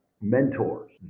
mentors